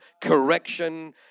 correction